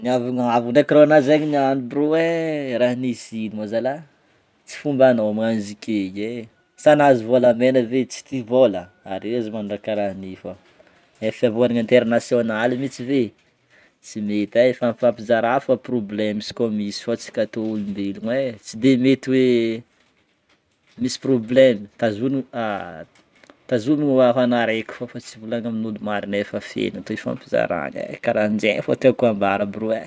Niavinoavy ndreky rô anao zegny niany brô e raha nisy ino ma zalaha, tsy fombanao magnano izy ke i e, sa nahazo vôlamena ve tsy tia hivola?, are aza magnano raha karaha io fô efa hivolagna international mintsy ve? tsy mety e, fa mifampizarà fô problème izy kô misy fô antsika tô olombelogno e tsy de mety hoe misy problème tazognono tazognono ho anah reky fô tsy volagniny amin'ôlo maro nefa fiaigna tô ifampizaragna karahan'jegny fo tiako ambara brô e.